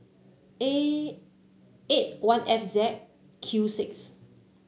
eight one F Z Q six